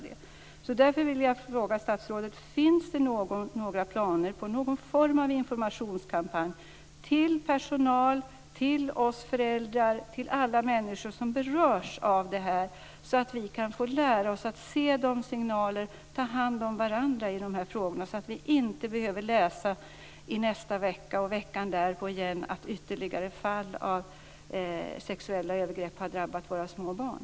Därför vill jag fråga statsrådet: Finns det några planer på någon form av informationskampanj till personal, oss föräldrar och alla människor som berörs av detta, så att vi kan få lära oss att uppfatta signaler och ta hand om varandra? Vi skall inte behöva läsa nästa vecka och veckan därpå igen att ytterligare fall av sexuella övergrepp har drabbat våra små barn.